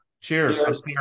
cheers